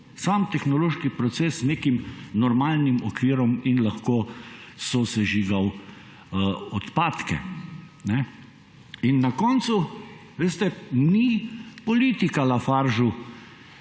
sam tehnološki proces nekim normalnih okvirom in lahko sosežigal odpadke. In na koncu, veste, ni politika Lafargu